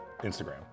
Instagram